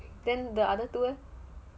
the other two leh